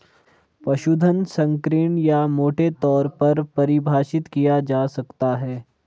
पशुधन संकीर्ण या मोटे तौर पर परिभाषित किया जा सकता है